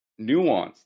nuanced